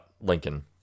Lincoln